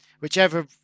whichever